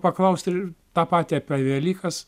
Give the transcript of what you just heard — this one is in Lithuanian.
paklausti ir tą patį apie velykas